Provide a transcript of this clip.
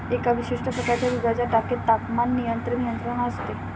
एका विशिष्ट प्रकारच्या दुधाच्या टाकीत तापमान नियंत्रण यंत्रणा असते